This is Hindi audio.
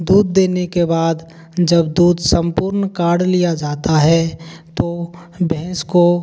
दूध देने के बाद जब दूध सम्पूर्ण काढ़ लिया जाता है तो भैंस को